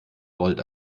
volt